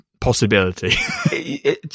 possibility